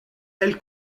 elle